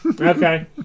Okay